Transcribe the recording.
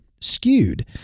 skewed